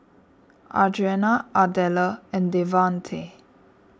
Adriana Ardella and Devante